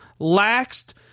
laxed